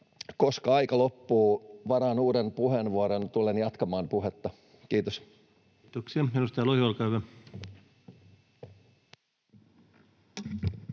Koska aika loppuu, varaan uuden puheenvuoron ja tulen jatkamaan puhetta. — Kiitos. Kiitoksia. — Edustaja Lohi, olkaa hyvä.